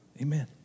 Amen